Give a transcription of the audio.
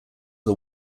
are